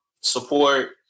support